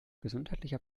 gesundheitlicher